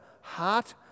heart